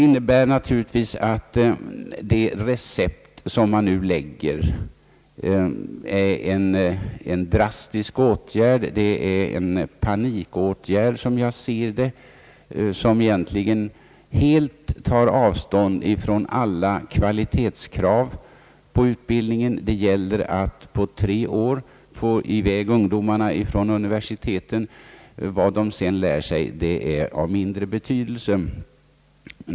Det recept som man nu skriver ut innebär en drastisk åtgärd, som jag ser det vidtagen i panik. Man tar ju helt avstånd från alla kvalitetskrav på utbildningen. Det gäller att på tre år få i väg ungdomarna från universiteten. Vad de sedan lär sig är av mindre betydelse.